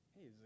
hey